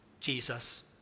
Jesus